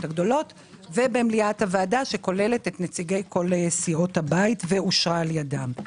הגדולות ובמליאת הוועדה שכוללת את נציגי כל סיעות הבית ואושרה על-ידם.